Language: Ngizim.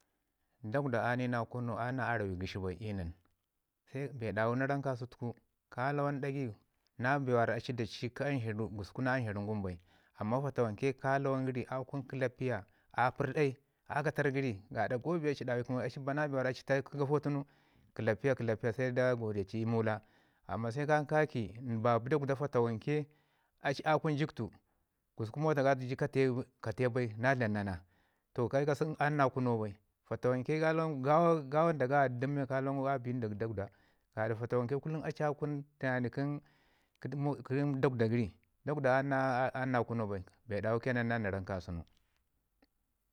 Dakwda a ni na kuno, ani na arawai gəshi bai i nən. Se be ɗawu na ram ka sutuku ka lawan ɗagai na bee wara aci da cii kə amzaharu gusku na amzharu wure bai amman fatawanka ka lawan gəri a kun kəlapiya a pərdai, a katarr gəri, gaɗa ga bee a ci duwu i kəma gəri gaɗa ci ba na bee wara a ci tau ki gata tunu kəlapiya kəlapiya sai dai a li da godeti ii mula. Amman sai ka ki babi dakwda fatawanke a ci a kun jiktu gusku mota ga cu k- katəu bai na dlam na na toh ke ka sən a ni na kuno bai. Fatawanke ka lawangu g- gawa, gawa dak gaya dədəm men a bi nda dakwada gaɗa fatawanke a ci a kun tənani kə dokwda gəri. Dakwda a nina kuno bai, bee dawu kə nan na ram ka sənu